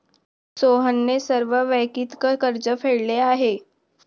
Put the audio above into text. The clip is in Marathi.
सोहनने सर्व वैयक्तिक कर्ज फेडले आहे